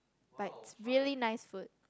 but it's really nice food